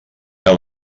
que